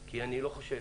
כי אני לא חושב